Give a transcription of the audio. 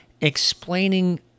explaining